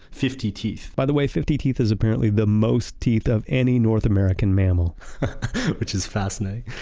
fifty teeth by the way, fifty teeth is apparently the most teeth of any north american mammal which is fascinating.